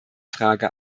frage